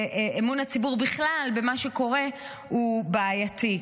ואמון הציבור בכלל במה שקורה הוא בעייתי?